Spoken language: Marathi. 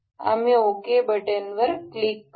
आम्ही ओके क्लिक करू